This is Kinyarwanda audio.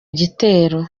gitero